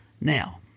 now